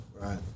Right